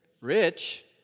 rich